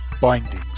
Bindings